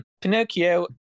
Pinocchio